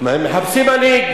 מחפשים מנהיג.